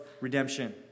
redemption